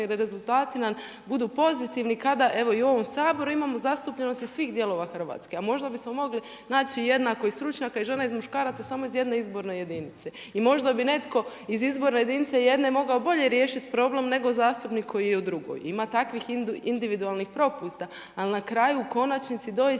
konačni rezultati nam budu pozitivni kada evo i u ovom Saboru imamo zastupljenost iz svih dijelova Hrvatske. A možda bismo mogli naći jednako i stručnjaka i žena i muškaraca samo iz jedne izborne jedinice. I možda bi netko iz izborne jedinice jedne mogao bolje riješiti problem nego zastupnik koji je u drugoj. Ima takvih individualnih propusta ali na kraju u konačnici doista